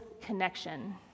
connection